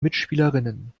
mitspielerinnen